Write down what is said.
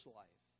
life